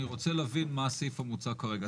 אני רוצה להבין מה הסעיף המוצע כרגע.